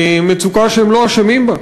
מצוקה שהם לא אשמים בה,